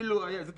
זה תמריץ.